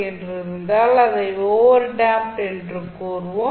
என்று இருந்தால் அதை ஓவர் டேம்ப்ட் என்று கூறுவோம்